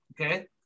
Okay